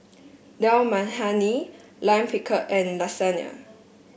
Dal Makhani Lime Pickle and Lasagne